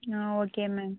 ah okay ma'am